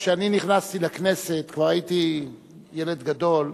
כשאני נכנסתי לכנסת כבר הייתי ילד גדול.